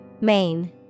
Main